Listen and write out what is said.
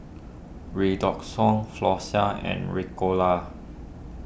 Redoxon Floxia and Ricola